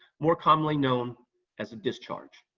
more commonly known as a discharge.